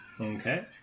Okay